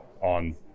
on